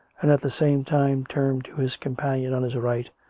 and at the same time turned to his companion on his right,